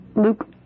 Luke